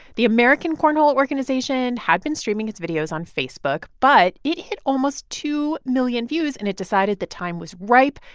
the american cornhole organization had been streaming its videos on facebook, but it hit almost two million views. and it decided the time was ripe,